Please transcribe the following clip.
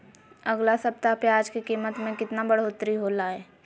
अगला सप्ताह प्याज के कीमत में कितना बढ़ोतरी होलाय?